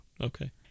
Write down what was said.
Okay